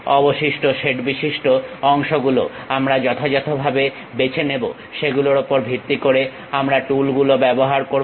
অবশিষ্ট শেডবিশিষ্ট অংশগুলো আমরা যথাযথভাবে বেছে নেবো সেগুলোর উপর ভিত্তি করে আমরা টুলগুলো ব্যবহার করবো